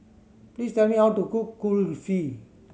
please tell me how to cook Kulfi